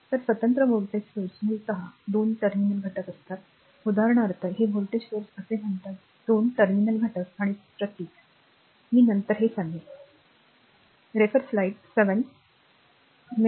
तर स्वतंत्र व्होल्टेज स्त्रोत मूलतः दोन टर्मिनल घटक असतात उदाहरणार्थ हे व्होल्टेज स्त्रोत असे म्हणतात दोन टर्मिनल घटक आणि प्रतीक मी नंतर तेथे येईन